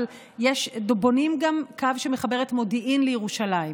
אבל בונים גם קו שמחבר את מודיעין לירושלים.